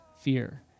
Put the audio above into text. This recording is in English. fear